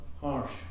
harsh